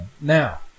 Now